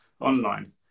online